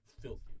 filthy